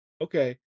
okay